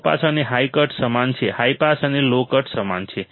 લો pass અને high cut સમાન છે હાઈ પાસ અને લો કટ સમાન છે